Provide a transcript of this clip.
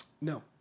No